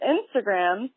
Instagram